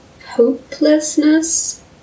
hopelessness